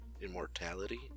immortality